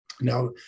Now